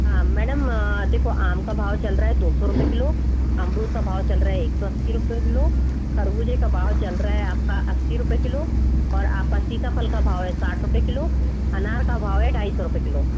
हाँ मेडम देखो आम का भाव चल रहा है दो सौ रुपए किलो अमरूद का भाव चल रहा है एक सौ अस्सी रुपए किलो खरबूजे का भाव चल रहा है आपका अस्सी रुपए किलो और आपका सीताफल का भाव है साठ रुपए किलो अनार का भाव है ढाई सौ रुपए किलो